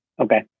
Okay